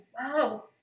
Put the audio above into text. wow